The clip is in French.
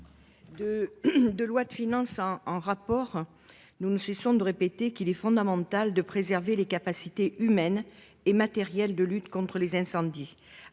de loi de finances en en rapport, nous ne cessons de le répéter qu'il est fondamental de préserver les capacités humaines et matérielles de lutte contre les incendies.